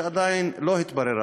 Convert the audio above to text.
שעדיין לא התבררה.